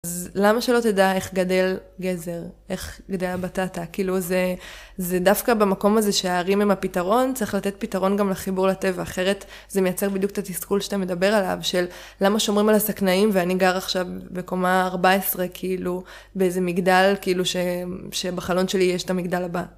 אז למה שלא תדע איך גדל גזר? איך גדלה בטטה? כאילו, זה דווקא במקום הזה שהערים הם הפתרון, צריך לתת פתרון גם לחיבור לטבע, אחרת זה מייצר בדיוק את התסכול שאתה מדבר עליו, של למה שומרים על השקנאים ואני גר עכשיו בקומה 14, כאילו באיזה מגדל, כאילו שבחלון שלי יש את המגדל הבא.